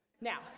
Now